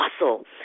muscle